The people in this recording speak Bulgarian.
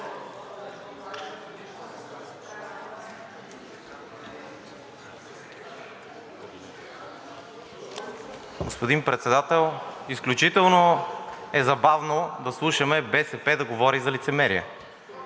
Господин Председател, изключително е забавно да слушаме БСП да говори за лицемерие,